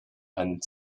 and